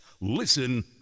Listen